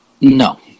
No